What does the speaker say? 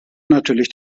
natürlich